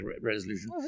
resolution